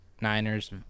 Niners